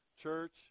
church